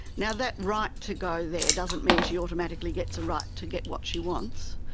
now, that right to go there doesn't mean she automatically gets a right to get what she wants,